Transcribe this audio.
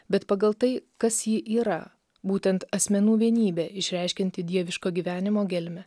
bet pagal tai kas ji yra būtent asmenų vienybė išreiškianti dieviško gyvenimo gelmę